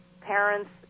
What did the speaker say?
parents